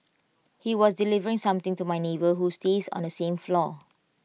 he was delivering something to my neighbour who stays on the same floor